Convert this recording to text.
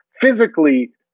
physically